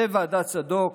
זה ועדת צדוק.